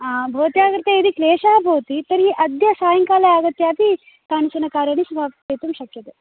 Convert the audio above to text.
भवत्याः कृते यदि क्लेशः भवति तर्हि अद्य सायष्काले आगत्यापि कानिचनकार्याणि समापयितुं शक्यते